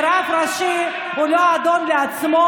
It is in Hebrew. ורב ראשי הוא לא אדון לעצמו,